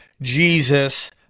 jesus